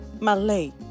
Malay